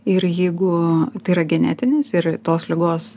ir jeigu tai yra genetinis ir tos ligos